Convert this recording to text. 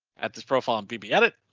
at this profile in bb edit.